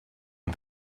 and